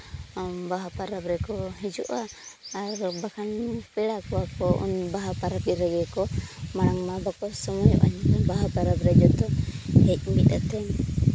ᱵᱟᱦᱟ ᱯᱚᱨᱚᱵᱽ ᱨᱮᱠᱚ ᱦᱤᱡᱩᱜᱼᱟ ᱟᱨ ᱵᱟᱠᱷᱟᱱ ᱯᱮᱲᱟ ᱠᱚᱣᱟ ᱠᱚ ᱩᱱ ᱵᱟᱦᱟ ᱯᱚᱨᱚᱵᱽ ᱨᱮᱜᱮ ᱠᱚ ᱢᱟᱲᱟᱝ ᱢᱟ ᱵᱟᱠᱚ ᱥᱚᱢᱚᱭᱚᱜᱼᱟ ᱱᱤᱭᱟᱹ ᱵᱟᱦᱟ ᱯᱚᱨᱚᱵᱽ ᱨᱮ ᱡᱚᱛᱚ ᱦᱮᱡ ᱢᱤᱫ ᱠᱟᱛᱮᱫ